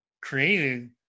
created